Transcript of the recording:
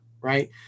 right